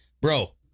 bro